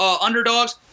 underdogs